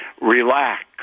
relax